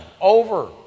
over